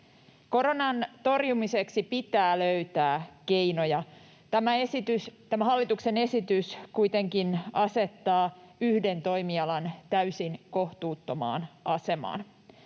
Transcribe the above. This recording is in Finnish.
Koronan torjumiseksi pitää löytää keinoja. Tämä hallituksen esitys kuitenkin asettaa yhden toimialan täysin kohtuuttomaan asemaan.